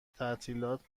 تعطیلات